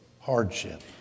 hardship